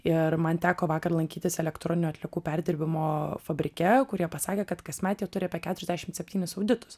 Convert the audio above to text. ir man teko vakar lankytis elektroninių atliekų perdirbimo fabrike kurie pasakė kad kasmet jie turi apie keturiasdešimt septynis auditus